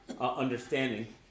understanding